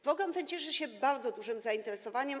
Program ten cieszy się bardzo dużym zainteresowaniem.